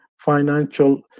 financial